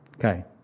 Okay